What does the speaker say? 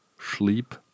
sleep